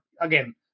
again